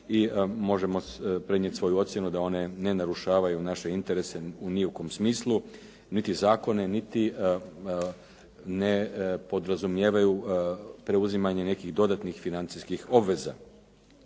možemo prenijeti svoju ocjenu da one ne narušavaju naše interese ni u kom smislu, niti zakone, niti ne podrazumijevaju preuzimanje nekih dodatnih financijskih obveza.